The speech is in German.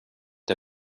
der